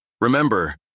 Remember